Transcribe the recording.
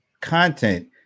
content